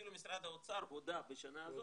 אפילו משרד האוצר הודה בשנה הזו --- אז